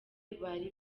bari